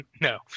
No